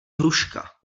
hruška